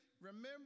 Remember